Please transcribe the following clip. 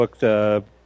looked